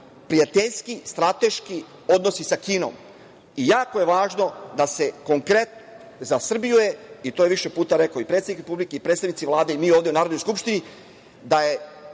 prijateljski strateški odnosi sa Kinom. Jako je važno za Srbiju i to je više puta rekao i predsednik Republike i predstavnici Vlade i mi ovde u Narodnoj skupštini da je